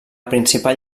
principal